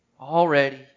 Already